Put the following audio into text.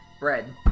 Red